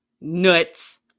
nuts